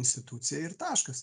institucija ir taškas